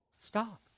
stop